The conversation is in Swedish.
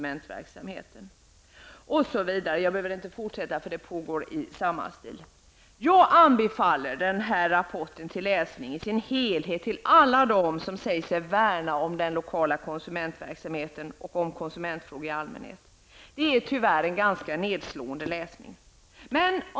Med detta låter jag mig nöja. Det är nämligen ungefär samma resonemang som kommer i fortsättningen. Jag anbefaller alla dem som säger sig värna om den lokala konsumentverksamheten och om konsumentfrågor i allmänhet läsning av den här rapporten i dess helhet. Det är tyvärr ganska nedslående att läsa detta.